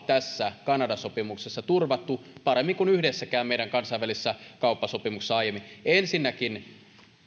tässä kanada sopimuksessa turvattu oikeastaan kolmella lukolla paremmin kuin yhdessäkään meidän kansainvälisessä kauppasopimuksessa aiemmin ensinnäkin mitkään